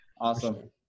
awesome